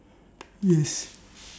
yes